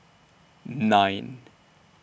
nine